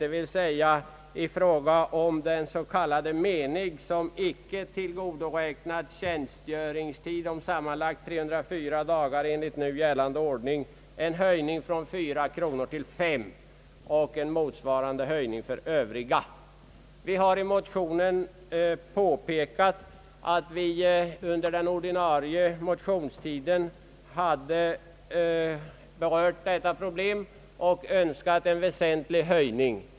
Det skulle för s.k. menig, som icke har tillgodoräknad tjänstgöringstid om sammanlagt 304 dagar enligt nu gällande ordning, medföra en höjning från fyra till fem kronor och en motsvarande höjning för övriga kategorier. Vi har i motionen påpekat att vi under den ordinarie motionstiden berört detta problem och önskat en väsentligt större höjning.